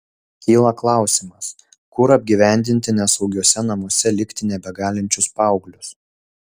kyla klausimas kur apgyvendinti nesaugiuose namuose likti nebegalinčius paauglius